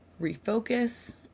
refocus